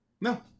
no